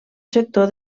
sector